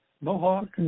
Mohawk